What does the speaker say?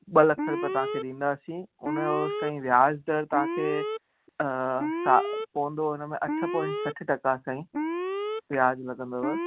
ॿ लख रुपिया तव्हांखे ॾींदासीं उनजो साईं व्याज त तव्हांखे सा पवंदो इन में अठ पॉईंट सठि टका साईं व्याज लॻंदव